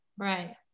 right